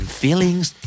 feelings